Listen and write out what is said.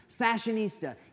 Fashionista